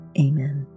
amen